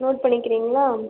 note பண்ணிக்கிறீங்களா